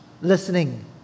listening